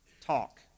talk